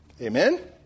Amen